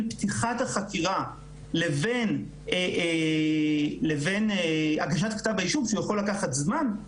פתיחת החקירה לבין הגשת כתב האישום שיכול לקחת זמן,